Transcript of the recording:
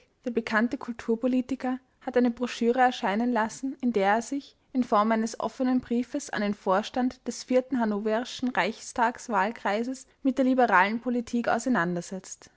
der bekannte kulturpolitiker hat eine broschüre erscheinen lassen in der er sich in form eines offenen briefes an den vorstand des vierten hannoverschen reichstagswahlkreises mit der liberalen politik auseinandersetzt